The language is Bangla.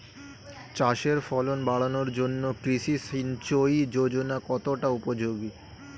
চাষের ফলন বাড়ানোর জন্য কৃষি সিঞ্চয়ী যোজনা কতটা উপযোগী?